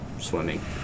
swimming